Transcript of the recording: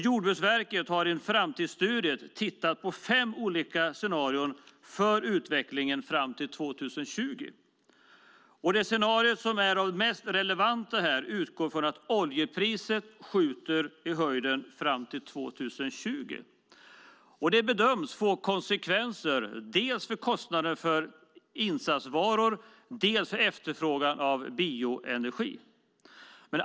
Jordbruksverket har i en framtidsstudie tittat på fem olika scenarier för utvecklingen fram till 2020. Det scenario som är mest relevant här utgår från att oljepriset skjuter i höjden fram till 2020. Det bedöms få konsekvenser dels för kostnaderna för insatsvaror, dels för efterfrågan på bioenergi.